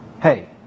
Hey